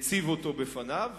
הציבו בפניו,